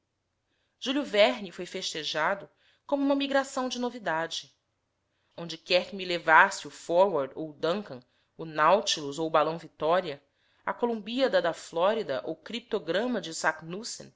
júlio verne foi festejado como uma migração de novidade onde quer que me levasse o forward ou o duncan o nautilus ou o balão vitória a columbíada da florida ou criptograma de